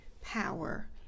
power